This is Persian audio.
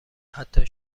حتی